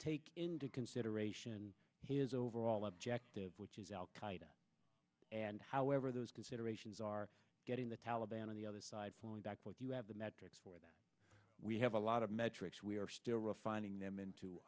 take into consideration his overall objective which is al qaeda and however those considerations are getting the taliban on the other side flowing back what do you have the metrics for that we have a lot of metrics we are still refining them into